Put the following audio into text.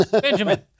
Benjamin